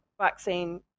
vaccine